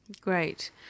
Great